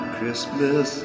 Christmas